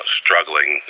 struggling